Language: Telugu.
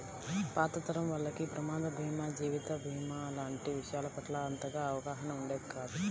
పాత తరం వాళ్లకి ప్రమాద భీమా, జీవిత భీమా లాంటి విషయాల పట్ల అంతగా అవగాహన ఉండేది కాదు